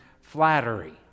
flattery